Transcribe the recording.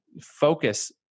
focus